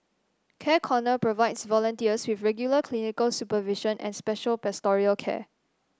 Care Corner provides volunteers with regular clinical supervision and special pastoral care